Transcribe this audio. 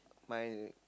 my